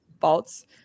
faults